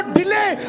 delay